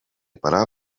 parar